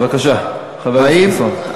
בבקשה, חבר הכנסת חסון.